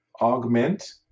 augment